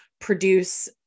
produce